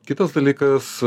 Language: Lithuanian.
kitas dalykas